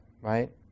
right